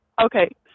Okay